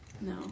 No